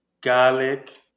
garlic